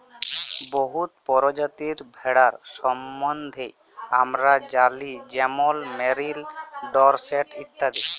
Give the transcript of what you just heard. বহুত পরজাতির ভেড়ার সম্বল্ধে আমরা জালি যেমল মেরিল, ডরসেট ইত্যাদি